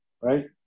right